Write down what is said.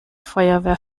feuerwehr